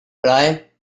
rye